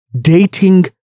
dating